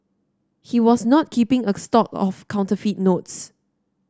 he was not keeping a stock of counterfeit notes